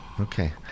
Okay